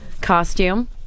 costume